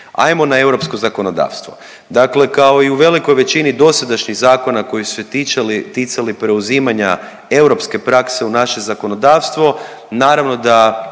ajmo na europsko zakonodavstvo. Dakle, kao i u velikoj većini dosadašnjih zakona koji su se ticali preuzimanja europske prakse u naše zakonodavstvo naravno da